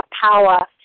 power